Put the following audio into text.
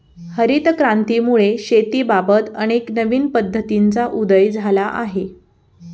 हरित क्रांतीमुळे शेतीबाबत अनेक नवीन पद्धतींचा उदय झाला आहे